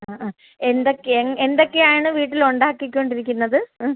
ആ ആ എന്തൊക്കെ എന്തൊക്കെയാണ് വീട്ടിൽ ഉണ്ടാക്കിക്കൊണ്ടിരിക്കുന്നത് മ്